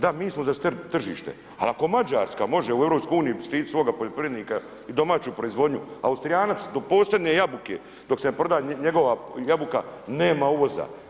Da mi smo za tržište, ali ako Mađarska može u Europskoj uniji štiti svoga poljoprivrednika i domaću proizvodnju Austrijanac do posljednje jabuke, dok se ne proda njegova jabuka nema uvoza.